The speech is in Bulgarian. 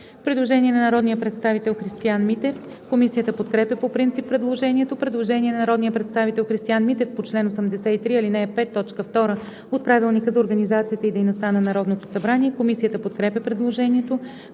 Предложение на народния представител Христиан Митев. Комисията подкрепя предложението. Предложение на народния представител Христиан Митев по чл. 83, ал. 5, т. 2 от Правилника за организацията и дейността на Народното събрание. Комисията предлага